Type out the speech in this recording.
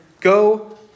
go